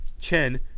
Chen